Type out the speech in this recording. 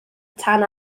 tan